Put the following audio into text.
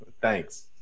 Thanks